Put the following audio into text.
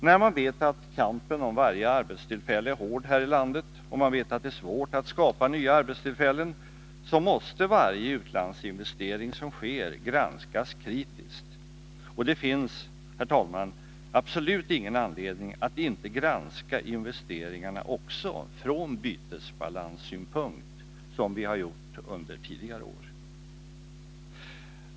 När man vet att kampen om varje arbetstillfälle är hård här i landet och när man vet att det är svårt att skapa nya arbetstillfällen, måste varje utlandsinvestering som sker granskas kritiskt. Och det finns, herr talman, absolut ingen anledning att inte granska investeringarna också från bytesbalanssynpunkt, som man har gjort under tidigare år.